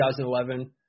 2011